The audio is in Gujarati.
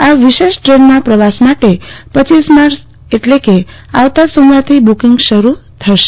આ વિશેષ ટ્રેન માં પ્રવાસ માટે રપ માર્ચ એટલે કે આવતા સોમવારથી બુકિંગ શરૂ થશે